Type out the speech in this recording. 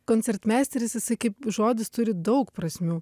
koncertmeisteris jisai kaip žodis turi daug prasmių